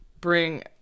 bring